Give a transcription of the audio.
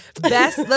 best